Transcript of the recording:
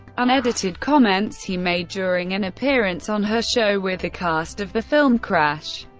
and edited comments he made during an appearance on her show with the cast of the film crash.